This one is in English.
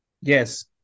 Yes